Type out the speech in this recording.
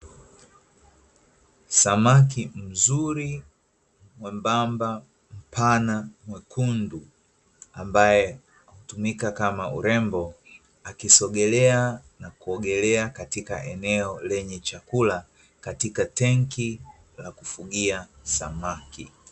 Samaki mzuri mwembamba, mpana, mwekundu, ambaye hutumika kama urembo, akisogelea na kuogelea katika sehemu yanye chakula, katika tenki la kufugia samaki.